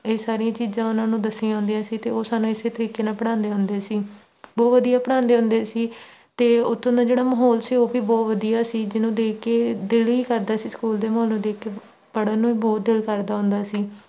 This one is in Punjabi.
ਇਹ ਸਾਰੀਆਂ ਚੀਜ਼ਾਂ ਉਹਨਾਂ ਨੂੰ ਦੱਸੀਆਂ ਹੁੰਦੀਆਂ ਸੀ ਅਤੇ ਉਹ ਸਾਨੂੰ ਇਸ ਤਰੀਕੇ ਨਾਲ ਪੜ੍ਹਾਉਂਦੇ ਹੁੰਦੇ ਸੀ ਬਹੁਤ ਵਧੀਆ ਪੜ੍ਹਾਉਂਦੇ ਹੁੰਦੇ ਸੀ ਅਤੇ ਉੱਥੋਂ ਦਾ ਜਿਹੜਾ ਮਾਹੌਲ ਸੀ ਉਹ ਵੀ ਬਹੁਤ ਵਧੀਆ ਸੀ ਜਿਹਨੂੰ ਦੇਖ ਕੇ ਦਿਲ ਹੀ ਕਰਦਾ ਸੀ ਸਕੂਲ ਦੇ ਮਾਹੌਲ ਨੂੰ ਦੇਖ ਕੇ ਪੜ੍ਹਨ ਨੂੰ ਬਹੁਤ ਦਿਲ ਕਰਦਾ ਹੁੰਦਾ ਸੀ